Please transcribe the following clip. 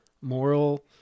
moral